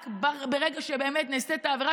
רק ברגע שבאמת נעשית העבירה,